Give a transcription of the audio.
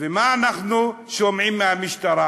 ומה אנחנו שומעים מהמשטרה,